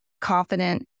confident